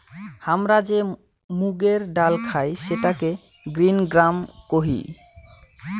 হামরা যে মুগের ডাল খাই সেটাকে গ্রিন গ্রাম কোহি